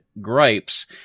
gripes